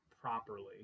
properly